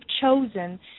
chosen